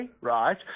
right